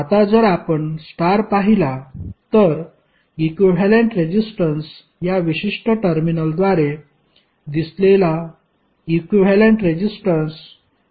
आता जर आपण स्टार पाहिला तर इक्विव्हॅलेंट रेजिस्टन्स या विशिष्ट टर्मिनलद्वारे दिसलेला इक्विव्हॅलेंट रेजिस्टन्स R1R3असेल